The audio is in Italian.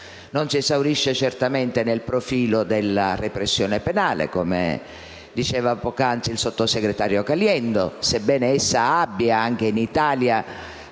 Non si esaurisce certamente nel profilo della repressione penale, come ha detto poc'anzi il sottosegretario Caliendo, sebbene essa abbia nel nostro